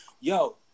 Yo